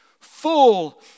full